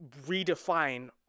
redefine